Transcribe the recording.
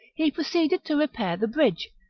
he proceeded to repair the bridge,